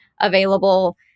available